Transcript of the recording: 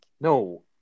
No